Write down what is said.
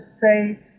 say